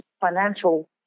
financial